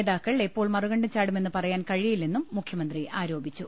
നേതാക്കൾ എപ്പോൾ മറുകണ്ടം ചാടുമെന്ന് പറയാൻ കഴിയില്ലെന്നും മുഖ്യമന്ത്രി ആരോപിച്ചു